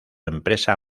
empresa